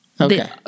Okay